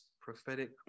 prophetic